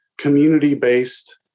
community-based